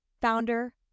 founder